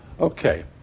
Okay